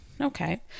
Okay